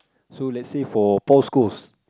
so let's say for Paul's Coles